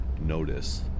notice